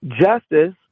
justice